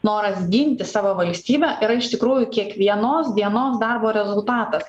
noras ginti savo valstybę yra iš tikrųjų kiekvienos dienos darbo rezultatas